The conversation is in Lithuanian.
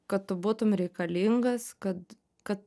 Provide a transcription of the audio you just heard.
kad tu būtum reikalingas kad kad